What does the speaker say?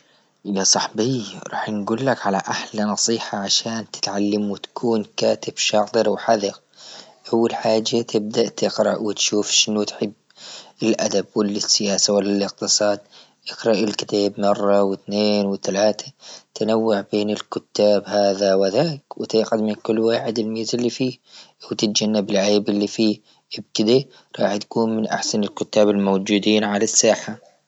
يا صاحبي راح نقول لك على أحلى نصيحة عشان تتعلم وتكون كاتب شاطر وحذق، أول حاجة تبدأ تقرأ وتشوف شنو تحب الأدب وللسياسة والإقتصاد، إقرأي الكتاب مرة وإثنين وثلاثة، تنوع بين الكتاب هذا وذلك وتيقن من كل واحد الميزة اللي فيه، وتتجنب العيب اللي فيه إبتدي راح تكون من أحسن الكتاب الموجودين على الساحة.